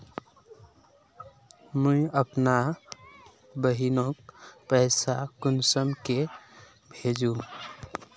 मुई अपना बहिनोक पैसा कुंसम के भेजुम?